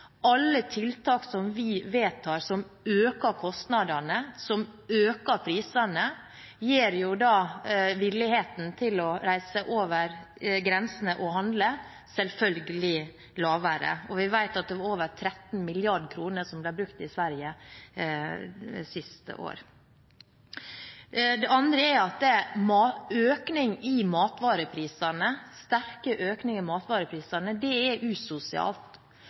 Alle tiltak vi vedtar som øker kostnadene, som øker prisene, gir jo selvfølgelig en større villighet til å reise over grensene og handle, og vi vet at det var over 13 mrd. kr som ble brukt i Sverige siste år. Det andre er at sterk økning av matvareprisene er usosialt. Det er kanskje litt lett å glemme hvordan det er